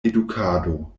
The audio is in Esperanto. edukado